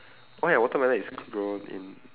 why ah watermelon is grown in